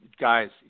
guys